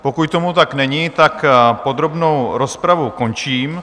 Pokud tomu tak není, podrobnou rozpravu končím.